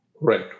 Right